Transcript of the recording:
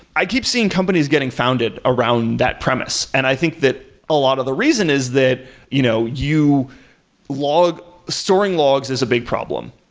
i keep seeing companies getting founded around that premise, and i think that a lot of the reason is that you know you log storing logs is a big problem.